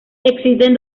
existen